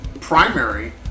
primary